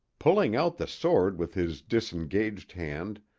pulling out the sword with his disengaged hand,